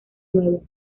nuevo